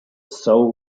soul